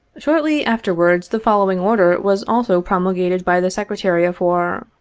shortly afterwards the following order was also promul gated by the secretary of war